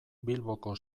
bilboko